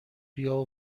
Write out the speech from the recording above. بیا